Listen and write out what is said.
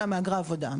אלא מהגרי עבודה,